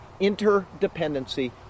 interdependency